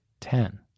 ten